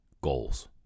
goals